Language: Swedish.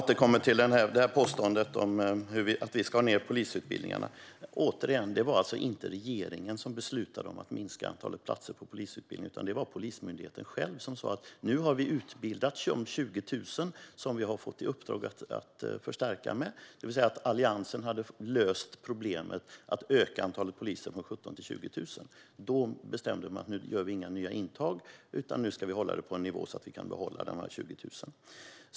Herr talman! Jag återkommer till påståendet om att vi skar ned på polisutbildningarna. Återigen: Det var alltså inte regeringen som beslutade att minska antalet platser på polisutbildningarna. Det var Polismyndigheten själv som sa: Nu har vi utbildat de 20 000 som vi har fått i uppdrag att förstärka med. Alliansen hade alltså löst problemet genom att öka antalet poliser från 17 000 till 20 000. Då bestämde man sig för att inte göra några nya intagningar utan i stället hålla det på en nivå där man kan behålla de 20 000.